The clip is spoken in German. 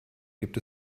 gibt